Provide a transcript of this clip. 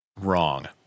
wrong